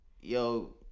yo